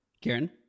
Karen